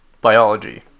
Biology